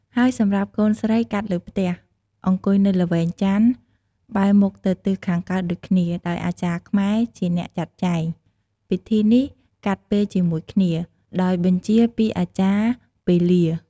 ហើយសម្រាប់ កូនស្រីកាត់លើផ្ទះ អង្គុយនៅល្វែងចន្ទ បែរមុខទៅទិសខាងកើតដូចគ្នា ដោយអាចារ្យខ្ញែជាអ្នកចាត់ចែង ពិធីនេះកាត់ពេលជាមួយគ្នា ដោយបញ្ជាពីអាចារ្យពេលា ។